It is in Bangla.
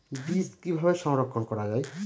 বীজ কিভাবে সংরক্ষণ করা যায়?